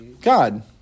God